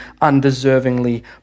undeservingly